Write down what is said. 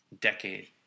decade